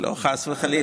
לא, חס וחלילה.